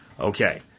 Okay